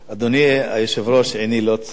אדוני היושב-ראש, עיני לא צרה,